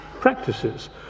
practices